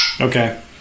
Okay